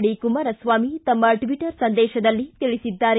D Kumaraswamy ತಮ್ನ Twitter ಸಂದೇಶದಲ್ಲಿ ತಿಳಿಸಿದ್ದಾರೆ